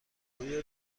آیا